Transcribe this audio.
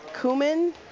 cumin